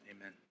Amen